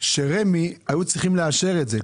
שרמ"י היו צריכים לאשר את זה.